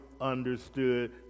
understood